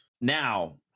now